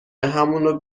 همونو